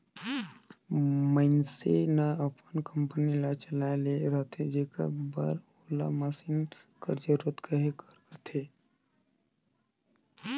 मइनसे ल अपन कंपनी ल चलाए ले रहथे जेकर बर ओला मसीन कर जरूरत कहे कर रहथे